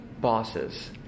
bosses